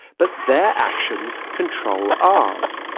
but their actions control ours.